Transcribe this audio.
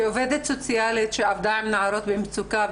כעובדת סוציאלית שעבדה עם נערות במצוקה,